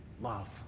love